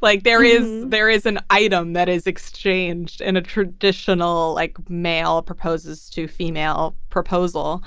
like there is there is an item that is exchanged in a traditional like male proposes to female proposal